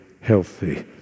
healthy